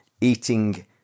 eating